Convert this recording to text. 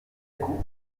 coup